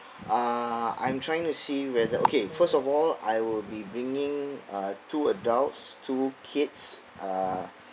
uh I'm trying to see whether okay first of all I will be bringing uh two adults two kids uh